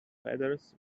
feathers